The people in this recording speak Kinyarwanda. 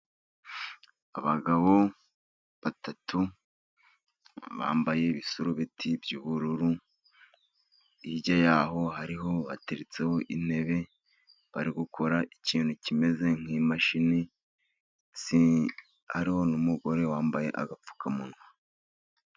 Abagabo batatu bambaye ibisarubeti by'ubururu, hirya yaho hariho bateretseho intebe bari gukora ikintu kimeze nk'imashini, hariho n'umugore wambaye agapfukamunwa.